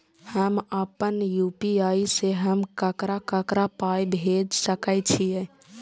हम आपन यू.पी.आई से हम ककरा ककरा पाय भेज सकै छीयै?